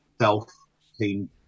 self-team